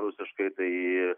rusiškai tai